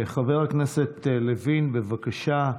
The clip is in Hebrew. חבר הכנסת לוין, בבקשה.